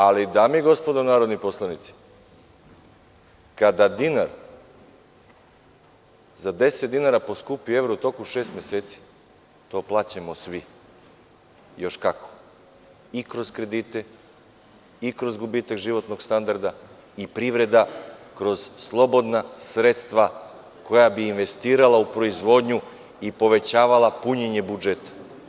Ali, dame i gospodo narodni poslanici kada za deset dinara poskupi evro u toku šest meseci to plaćamo svi, još kako i kroz kredite i kroz gubitak životnog standarda i privreda kroz slobodna sredstva koja bi investirala u proizvodnju i povećavala punjenje budžeta.